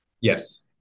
Yes